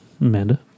amanda